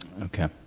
Okay